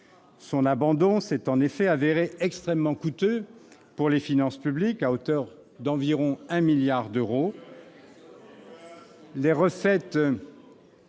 taxe s'est en effet avéré extrêmement coûteux pour les finances publiques, à hauteur d'environ un milliard d'euros..